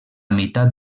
meitat